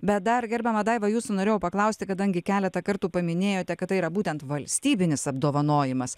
bet dar gerbiama daiva jūsų norėjau paklausti kadangi keletą kartų paminėjote kad tai yra būtent valstybinis apdovanojimas